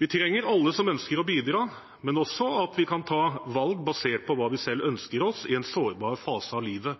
Vi trenger alle som ønsker å bidra, men også at vi kan ta valg basert på hva vi selv ønsker oss i en